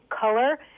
color